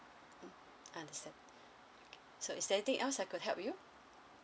mm understand so is there anything else I could help you